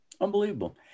Unbelievable